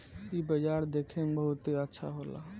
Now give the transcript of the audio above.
इ बाजार देखे में बहुते अच्छा होला